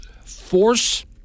force